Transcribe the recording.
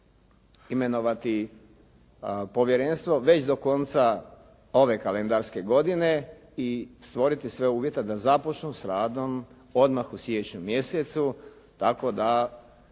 imenovati povjerenstvo već do konca ove kalendarske godine i stvoriti sve uvjete da započnu s radom odmah u siječnju mjesecu tako da